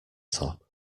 top